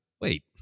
wait